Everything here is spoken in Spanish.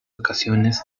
ocasiones